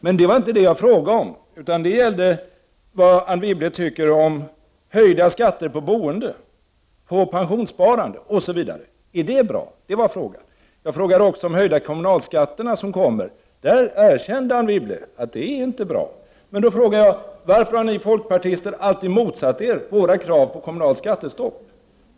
Men det är inte det som jag har frågat om, utan jag undrar vad Anne Wibble tycker om höjda skatter på boende, pensionssparande osv. Är det bra? Jag har också frågat hur det skall bli när det gäller de höjningar av kommunalskatten som kommer. Anne Wibble erkänner att det inte är bra att så sker. Men varför har ni folkpartister alltid motsatt er våra krav på ett kommunalt skattestopp?